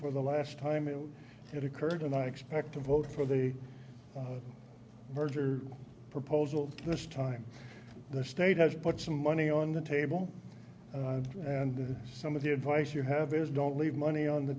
for the last time it had occurred and i expect to vote for the merger proposal this time the state has put some money on the table and some of the advice you have is don't leave money on the